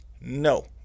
No